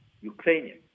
Ukrainian